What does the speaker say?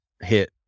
hit